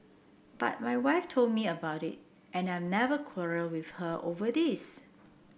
but my wife told me about it and I've never quarrelled with her over this